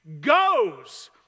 goes